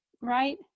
right